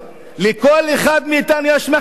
לכל אחד מאתנו יש מחליף,